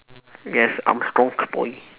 yes I'm strong boy